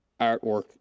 artwork